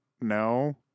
no